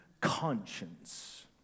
conscience